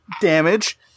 damage